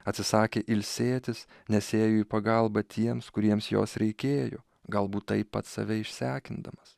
atsisakė ilsėtis nes ėjo į pagalbą tiems kuriems jos reikėjo galbūt taip pats save išsekindamas